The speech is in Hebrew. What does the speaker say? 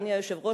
אדוני היושב-ראש,